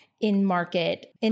in-market